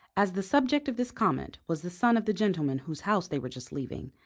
as the subject of this comment was the son of the gentleman whose house they were just leaving,